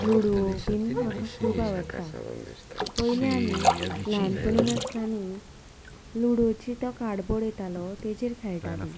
ludo बीन म्हाका खूब आवडटा पयलीं आमी ल्हानपणीन आसतानी लुडोचो तो काडबोर्ड येतालो ताजेर खेळटालीं